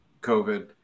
COVID